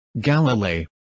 Galileo